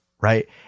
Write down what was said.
right